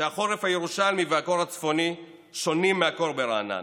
שהחורף הירושלמי והקור הצפוני שונים מהקור ברעננה.